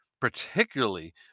particularly